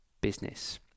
business